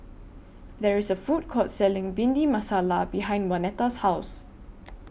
There IS A Food Court Selling Bhindi Masala behind Waneta's House